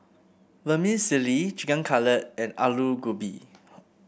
Vermicelli Chicken Cutlet and Alu Gobi